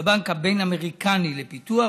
בבנק הבין-אמריקני לפיתוח,